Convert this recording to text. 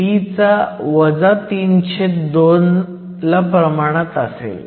तर μL हा T 32 ला प्रमाणात असेल